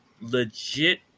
legit